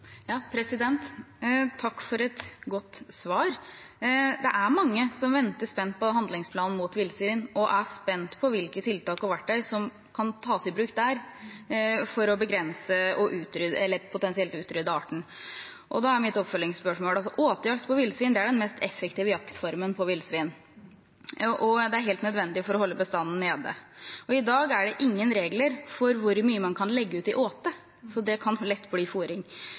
Takk for et godt svar. Det er mange som venter spent på handlingsplanen mot villsvin og er spent på hvilke tiltak og verktøy som kan tas i bruk for å begrense og potensielt utrydde arten. Da er mitt tilleggsspørsmål: Åtejakt på villsvin er den mest effektive jaktformen på villsvin og helt nødvendig for å holde bestanden nede. I dag er det ingen regler for hvor mye man kan legge ut i åte, og det kan lett bli